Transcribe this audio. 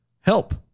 help